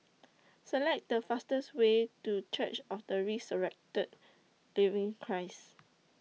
Select The fastest Way to Church of The Resurrected Living Christ